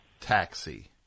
taxi